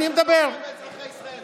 אתם פוגעים באזרחי ישראל,